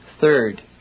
third